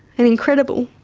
and incredible.